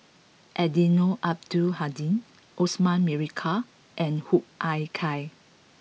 Eddino Abdul Hadi Osman Merican and Hoo Ah Kay